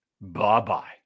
Bye-bye